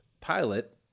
pilot